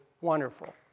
wonderful